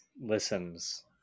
listens